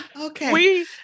Okay